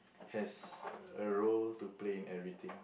has a role to play in everything